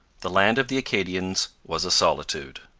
the land of the acadians was a solitude.